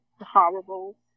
horrible